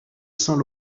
saint